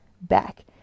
back